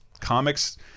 comics